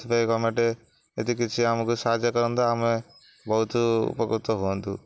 ସେଥିପାଇଁ ଗମେଣ୍ଟ ଯଦି କିଛି ଆମକୁ ସାହାଯ୍ୟ କରନ୍ତା ଆମେ ବହୁତ ଉପକୃତ ହୁଅନ୍ତୁ